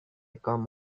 come